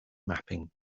mapping